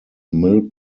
mill